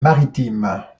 maritimes